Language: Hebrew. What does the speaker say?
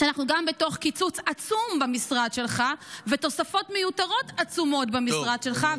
ואנחנו גם בתוך קיצוץ עצום במשרד שלך ותוספות מיותרות עצומות במשרד שלך.